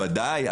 ודאי.